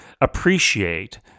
appreciate